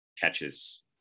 catches